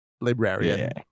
librarian